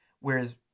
Whereas